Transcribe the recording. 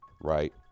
Right